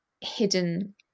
hidden